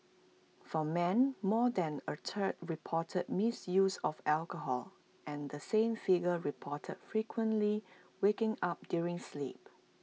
for men more than A third reported misuse of alcohol and the same figure reported frequently waking up during sleep